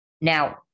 Now